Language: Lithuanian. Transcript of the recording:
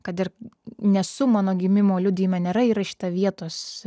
kad ir nesu mano gimimo liudijime nėra įrašyta vietos